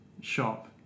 shop